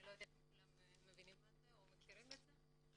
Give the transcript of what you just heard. אני לא יודעת אם כולם יודעים מה זה או מכירים את זה.